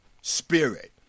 Spirit